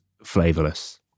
flavorless